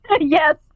Yes